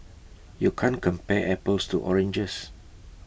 you can't compare apples to oranges